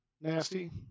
Nasty